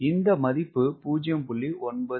இந்த மதிப்பு 0